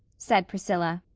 said priscilla,